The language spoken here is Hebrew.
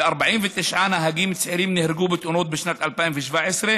ו-49 נהגים צעירים נהרגו בתאונות בשנת 2017,